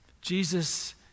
Jesus